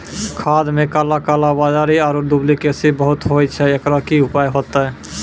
खाद मे काला कालाबाजारी आरु डुप्लीकेसी बहुत होय छैय, एकरो की उपाय होते?